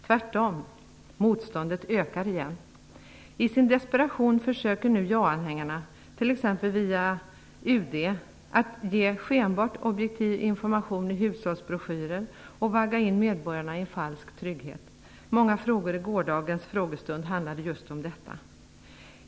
Tvärtom, motståndet ökar igen. I sin desperation försöker nu ja-anhängarna, t.ex. via UD, ge skenbart objektiv information i hushållsbroschyrer och vagga in medborgarna i falsk trygghet. Många frågor i gårdagens frågestund handlade just om detta.